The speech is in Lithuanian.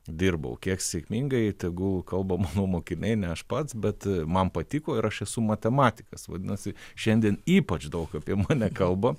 dirbau kiek sėkmingai tegul kalba mano mokiniai ne aš pats bet man patiko ir aš esu matematikas vadinasi šiandien ypač daug apie mane kalba